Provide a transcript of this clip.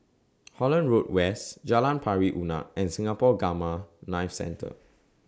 Holland Road West Jalan Pari Unak and Singapore Gamma Knife Centre